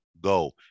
go